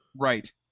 right